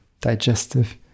digestive